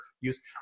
use